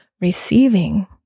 receiving